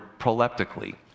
proleptically